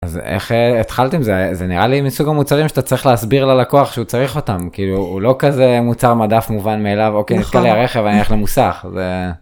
אז איך התחלת עם זה? זה נראה לי מסוג המוצרים שאתה צריך להסביר ללקוח שהוא צריך אותם, כאילו, הוא לא כזה מוצר מדף מובן מאליו, אוקיי, התקלקל לי הרכב אני הולך למוסך.